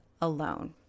alone